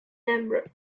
number